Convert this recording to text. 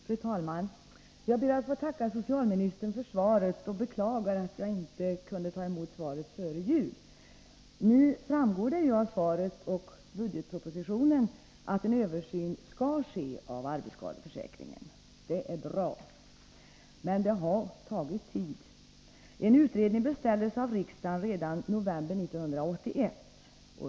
Fru talman! Jag ber att få tacka socialministern för svaret och beklagar att jag inte kunde ta emot svaret före jul. Nu framgår det av svaret och av budgetpropositionen att en översyn av | arbetsskadeförsäkringen skall ske. Det är bra. Men det har tagit tid. En | utredning beställdes av riksdagen redan i november 1981.